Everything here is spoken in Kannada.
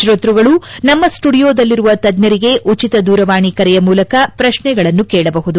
ಶೋತ್ಪಗಳು ನಮ್ಮ ಸ್ವುಡಿಯೋದಲ್ಲಿರುವ ತಜ್ಞರಿಗೆ ಉಚಿತ ದೂರವಾಣಿ ಕರೆಯ ಮೂಲಕ ಪ್ರಶ್ನೆಗಳನ್ನು ಕೇಳ ಬಹುದು